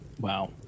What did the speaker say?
Wow